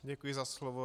Děkuji za slovo.